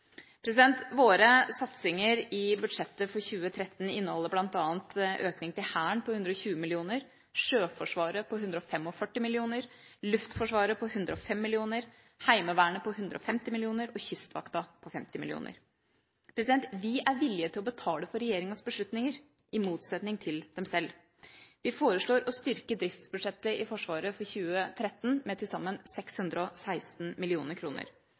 Våre satsinger i budsjettet for 2013 inneholder bl.a. økning til Hæren på 120 mill. kr, Sjøforsvaret på 145 mill. kr, Luftforsvaret på 105 mill. kr, Heimevernet på 150 mill. kr og Kystvakta på 50 mill. kr. Vi er villige til å betale for regjeringas beslutninger i motsetning til dem selv. Vi foreslår å styrke driftsbudsjettet i Forsvaret for 2013 med til sammen 616